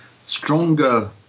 stronger